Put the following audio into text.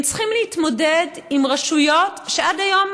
הם צריכים להתמודד עם רשויות שעד היום